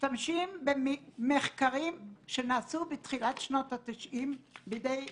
משתמשים במחקרים שנעשו בתחילת שנות ה-90 בידי פרופ'